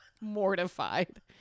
mortified